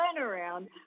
turnaround